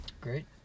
Great